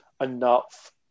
enough